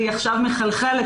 והיא עכשיו מחלחלת.